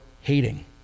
hating